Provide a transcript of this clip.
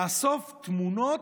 לאסוף תמונות,